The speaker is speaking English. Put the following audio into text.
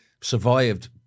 survived